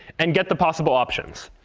and get the possible options.